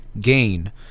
gain